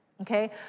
okay